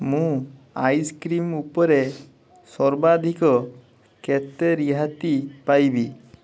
ମୁଁ ଆଇସ୍କ୍ରିମ୍ ଉପରେ ସର୍ବାଧିକ କେତେ ରିହାତି ପାଇବି